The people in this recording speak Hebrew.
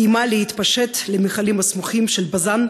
היא איימה להתפשט למכלים הסמוכים של בז"ן,